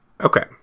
Okay